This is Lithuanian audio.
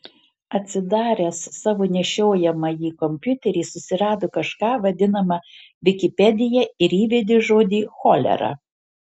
atsidaręs savo nešiojamąjį kompiuterį susirado kažką vadinamą vikipedija ir įvedė žodį cholera